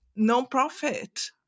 nonprofit